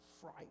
fright